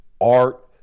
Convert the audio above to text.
art